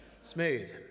Smooth